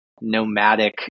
nomadic